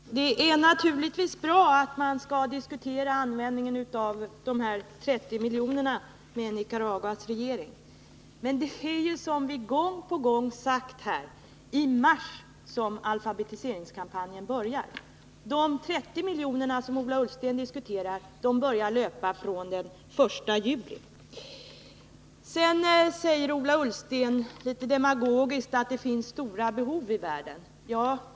Herr talman! Det är naturligtvis bra att man med Nicaraguas regering diskuterar användningen av de 30 miljonerna, men det är ju — som vi sagt gång på gång — i mars som alfabetiseringskampanjen börjar. De 30 miljonerna som Ola Ullsten diskuterar börjar utbetalas den 1 juli. Ola Ullsten sade litet demagogiskt att det finns stora behov i världen.